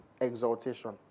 exaltation